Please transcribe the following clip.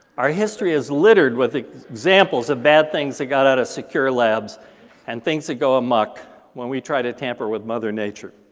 our history is littered with examples of bad things that got out of secure labs and things that go amok when we try to tamper with mother nature.